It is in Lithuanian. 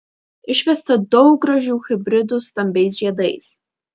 išvesta daug gražių hibridų stambiais žiedais